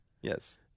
Yes